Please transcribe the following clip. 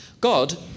God